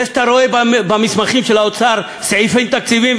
זה שאתה רואה במסמכים של האוצר סעיפים תקציביים,